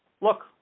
Look